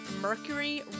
Mercury